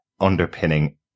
underpinning